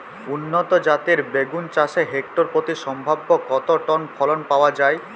উন্নত জাতের বেগুন চাষে হেক্টর প্রতি সম্ভাব্য কত টন ফলন পাওয়া যায়?